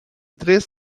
três